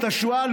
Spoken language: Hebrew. השועל,